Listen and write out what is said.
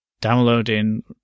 downloading